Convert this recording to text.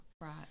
Right